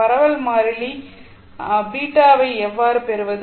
பரவல் மாறிலி β வை எவ்வாறு பெறுவது